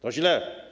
To źle.